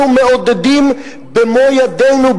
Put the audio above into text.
אנחנו מעודדים במו-ידינו,